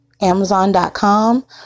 Amazon.com